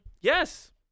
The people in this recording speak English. Yes